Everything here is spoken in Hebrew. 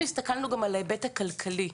אנחנו הסתכלנו גם על ההיבט הכלכלי.